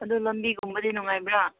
ꯑꯗꯨ ꯂꯝꯕꯤꯒꯨꯝꯕꯗꯤ ꯅꯨꯡꯉꯥꯏꯕ꯭ꯔꯥ